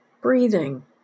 breathing